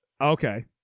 Okay